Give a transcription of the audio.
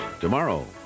Tomorrow